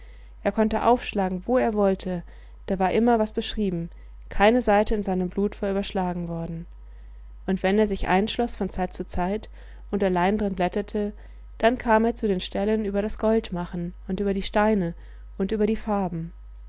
er konnte aufschlagen wo er wollte da war immer was beschrieben keine seite in seinem blut war überschlagen worden und wenn er sich einschloß von zeit zu zeit und allein drin blätterte dann kam er zu den stellen über das goldmachen und über die steine und über die farben